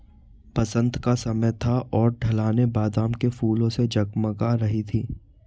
बसंत का समय था और ढलानें बादाम के फूलों से जगमगा रही थीं